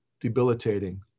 debilitating